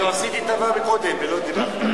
אני עשיתי טובה קודם ולא דיברתי.